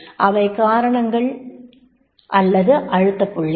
அவை காரணங்கள் அல்லது அழுத்தப்புள்ளிகள்